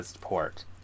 port